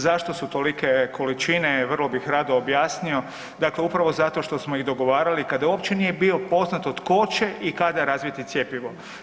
Zašto su tolike količine, vrlo bih rado objasnio, dakle upravo zato što smo i dogovarali kad uopće nije bio poznato tko će i kada razviti cjepivo.